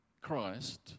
Christ